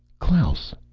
klaus!